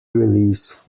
release